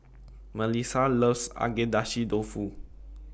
Mellissa loves Agedashi Dofu